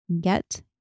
get